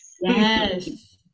Yes